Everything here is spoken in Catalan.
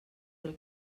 del